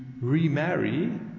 remarry